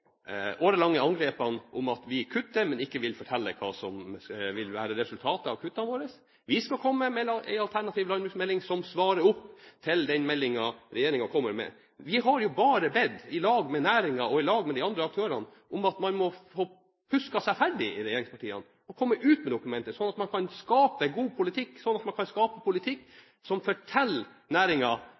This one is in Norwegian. årelange angrepene, at vi kutter, men ikke vil fortelle hva som vil være resultatet av kuttene våre. Vi skal komme med en alternativ landbruksmelding som svarer til den meldingen regjeringen kommer med. Vi har jo bare bedt i lag med næringen og i lag med de andre aktørene om at man må få puska seg ferdig i regjeringspartiene og komme ut med dokumentet, sånn at man kan skape en god politikk som forteller